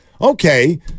Okay